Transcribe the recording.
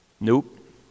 Nope